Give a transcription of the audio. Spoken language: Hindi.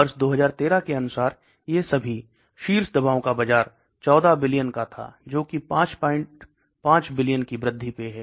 वर्ष 2013 के अनुसार ये सभी शीर्ष दवाओं का बाजार 14 बिलियन का था जो की 55 बिलियन की वृद्धि पे है